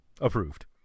Approved